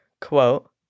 quote